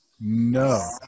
No